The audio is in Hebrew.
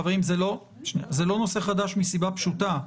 חברים, זה לא נושא חדש מסיבה פשוטה.